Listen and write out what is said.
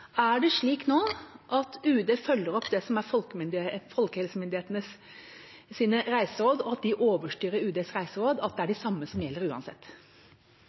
Er det slik nå at UD følger opp det som er folkehelsemyndighetenes reiseråd, og at de overstyrer UDs reiseråd, og at det er de samme rådene som gjelder uansett?